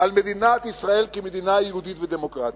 על מדינת ישראל כמדינה יהודית ודמוקרטית.